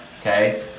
okay